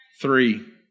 Three